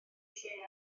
lle